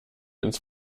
ins